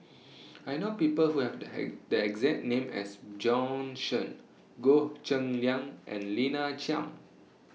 I know People Who Have The The exact name as Bjorn Shen Goh Cheng Liang and Lina Chiam